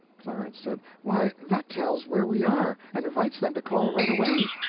clarence said why, that tells where we are, and invites them to call right away.